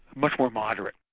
much more moderate.